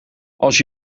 als